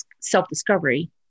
self-discovery